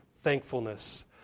thankfulness